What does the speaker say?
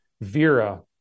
Vera